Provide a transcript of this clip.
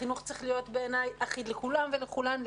החינוך צריך להיות בעיניי אחיד לכולם ולכולן,